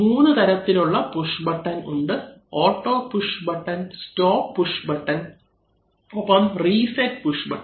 3 തരത്തിലുള്ള push button ഉണ്ട് auto push button stop push button ഒപ്പം റീസെറ്റ് പുഷ് ബട്ടൺ